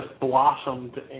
blossomed